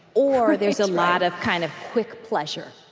or there's a lot of kind of quick pleasure,